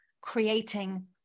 creating